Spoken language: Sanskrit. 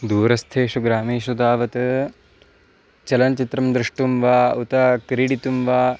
दूरस्थेषु ग्रामेषु तावत् चलनचित्रं द्रष्टुं वा उत क्रीडितुं वा